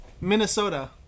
Minnesota